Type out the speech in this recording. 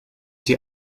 die